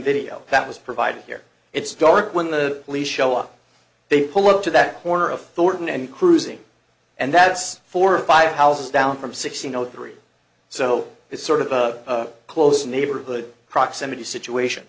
video that was provided here it's dark when the police show up they pull up to that corner of thorton and cruising and that's four or five houses down from sixty no three so it's sort of a close neighborhood proximity situation